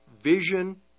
vision